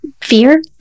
fear